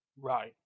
Right